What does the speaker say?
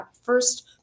first